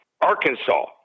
Arkansas